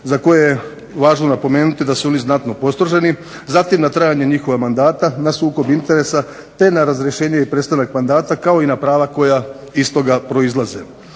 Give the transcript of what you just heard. za koje je važno napomenuti da su oni znatno postroženi. Zatim na trajanje njihova mandata, sukob interesa te na razrješenje i prestanak mandata kao i na prava koja iz toga proizlaze.